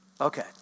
Okay